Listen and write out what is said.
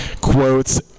Quotes